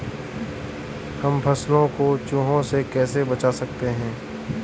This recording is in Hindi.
हम फसलों को चूहों से कैसे बचा सकते हैं?